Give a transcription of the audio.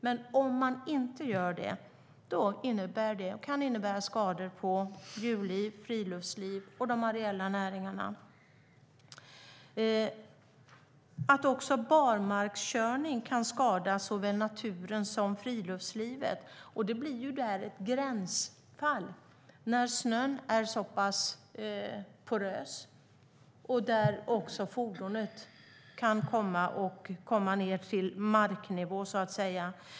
Men om man inte gör det kan det innebära skador för djurliv, friluftsliv och de areella näringarna. Barmarkskörning kan skada såväl naturen som friluftslivet. Det blir ett gränsfall när snön är så porös att fordonet kommer ned till marknivå.